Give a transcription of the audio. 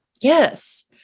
Yes